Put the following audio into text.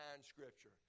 scripture